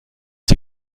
sie